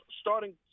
starting